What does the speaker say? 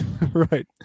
Right